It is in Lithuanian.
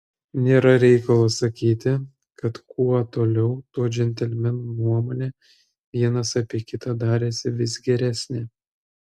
nėra reikalo sakyti kad kuo toliau tuo džentelmenų nuomonė vienas apie kitą darėsi vis geresnė